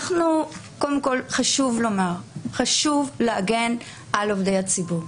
קודם כול חשוב לומר שחשוב להגן על עובדי הציבור,